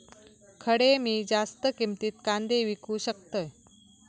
खडे मी जास्त किमतीत कांदे विकू शकतय?